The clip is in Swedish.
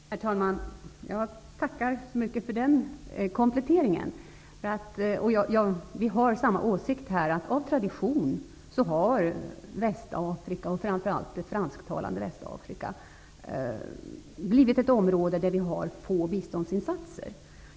Herr talman! Jag tackar så mycket för den kompletteringen. Vi har samma åsikt. Av tradition har Västafrika och framför allt det fransktalande Västafrika varit ett område där vi har få biståndsinsatser.